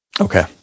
Okay